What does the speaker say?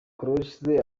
close